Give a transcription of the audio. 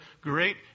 great